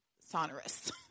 sonorous